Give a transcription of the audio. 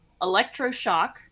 electroshock